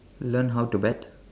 learn how to bet